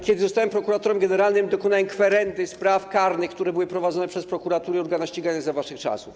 Kiedy zostałem prokuratorem generalnym, dokonałem kwerendy spraw karnych, które były prowadzone przez prokuraturę i organa ścigania za waszych czasów.